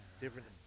different